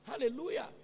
Hallelujah